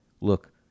Look